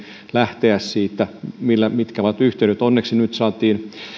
lähteä siitä mitkä ovat yhteydet onneksi nyt